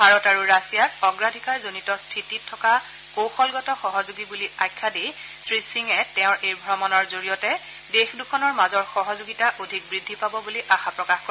ভাৰত আৰু ৰাছিয়াক অগ্ৰাধিকাৰজনিত স্থিতিত থকা কৌশলগত সহযোগী বুলি আখ্যা দি শ্ৰীসিঙে তেওঁৰ এই ভ্ৰমণৰ জৰিয়তে দেশ দুখনৰ মাজৰ সহযোগিতা অধিক বৃদ্ধি পাব বুলি আশা প্ৰকাশ কৰে